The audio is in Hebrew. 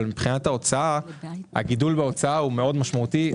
אבל הגידול בהוצאה מאוד משמעותי.